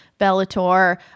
bellator